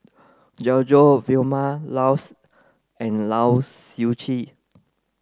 Glen Goei Vilma Laus and Lai Siu Chiu